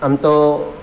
આમ તો